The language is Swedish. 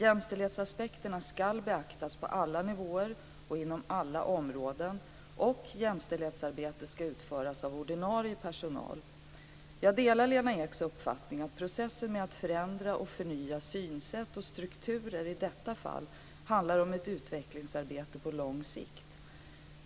Jämställdhetsaspekterna ska beaktas på alla nivåer och inom alla områden, och jämställdhetsarbetet skall utföras av ordinarie personal. Jag delar Lena Eks uppfattning att processen med att förändra och förnya synsätt och strukturer i detta fall handlar om ett utvecklingsarbete på lång sikt.